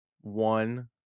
one